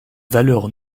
valeur